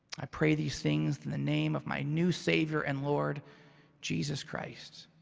i pray these things in the name of my new savior and lord jesus christ.